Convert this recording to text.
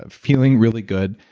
ah feeling really good,